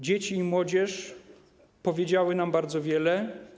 Dzieci i młodzież powiedzieli nam bardzo wiele.